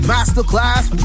Masterclass